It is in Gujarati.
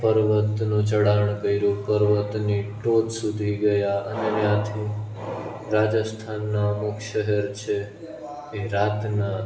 પર્વતનું ચઢાણ કર્યું પર્વતની ટોચ સુધી ગયા અને ત્યાંથી રાજસ્થાનનાં અમુક શહેર છે એ રાતના